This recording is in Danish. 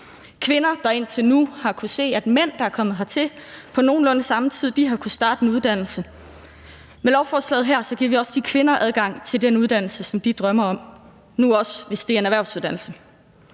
kvinder, der indtil nu har kunnet se, at mænd, der er kommet hertil på nogenlunde samme tid, har kunnet starte en uddannelse. Med lovforslaget her giver vi også de kvinder adgang til den uddannelse, som de drømmer om, og nu også, hvis det er en erhvervsuddannelse.